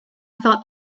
thought